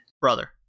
Brother